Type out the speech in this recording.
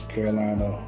Carolina